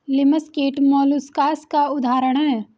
लिमस कीट मौलुसकास का उदाहरण है